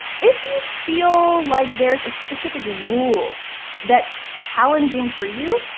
if you feel like there's a specific rule that's challenging for you,